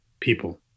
people